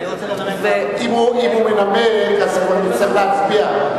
אני רוצה לנמק, אם הוא מנמק, נצטרך להצביע.